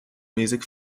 music